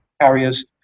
carriers